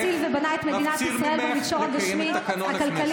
מפציר בך לקיים את תקנון הכנסת.